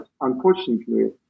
unfortunately